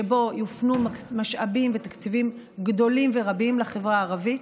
שבו יופנו משאבים ותקציבים גדולים ורבים לחברה הערבית,